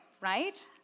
right